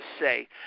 say